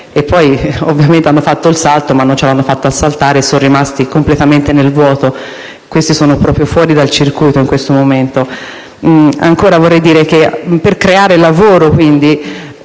e poi ovviamente hanno fatto il salto ma non ce l'hanno fatta a saltare e sono rimasti completamente nel vuoto: questi sono proprio fuori dal circuito in questo momento. Ancora, vorrei dire che per creare lavoro è